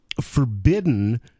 forbidden